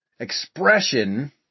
Expression